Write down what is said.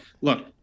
Look